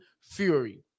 Fury